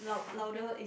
okay lor